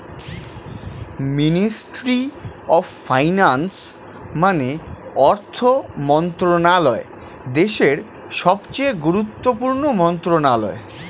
ministry of finance মানে অর্থ মন্ত্রণালয় দেশের সবচেয়ে গুরুত্বপূর্ণ মন্ত্রণালয়